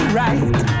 right